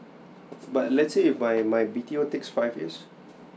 but let's say if my my B_T_O takes five years